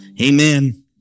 Amen